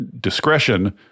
discretion